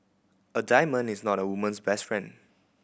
a diamond is not a woman's best friend